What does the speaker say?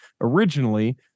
originally